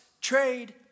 trade